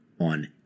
on